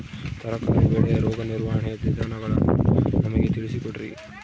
ತರಕಾರಿ ಬೆಳೆಯ ರೋಗ ನಿರ್ವಹಣೆಯ ವಿಧಾನಗಳನ್ನು ನಮಗೆ ತಿಳಿಸಿ ಕೊಡ್ರಿ?